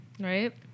Right